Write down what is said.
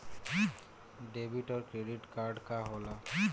Debit और credit card का होला?